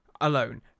alone